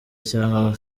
cyangwa